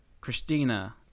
christina